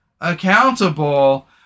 accountable